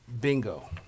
Bingo